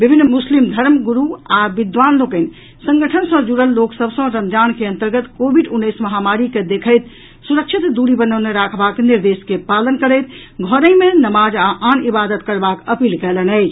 विभिन्न मुस्लिम धर्म गुरू आ विद्वान लोकनि संगठन सँ जुड़ल लोक सभ सँ रमजान के अन्तर्गत कोविड उन्नैस महामारी के देखैत सुरक्षित दूरी बनौने राखबाक निर्देश के पालन करैत घरहि मे नमाज आ आन इबादत करबाक अपील कयलनि अछि